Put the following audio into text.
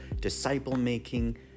Disciple-Making